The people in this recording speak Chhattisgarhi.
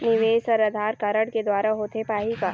निवेश हर आधार कारड के द्वारा होथे पाही का?